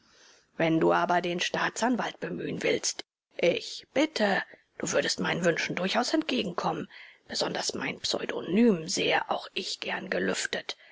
wenn du aber den staatsanwalt bemühen willst ich bitte du würdest meinen wünschen durchaus entgegenkommen besonders mein pseudonym sähe auch ich gern gelüftet